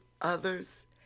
others